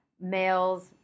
males